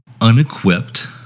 unequipped